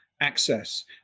access